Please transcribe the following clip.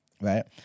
right